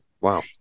Wow